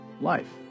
life